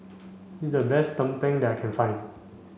this is the best Tumpeng that I can find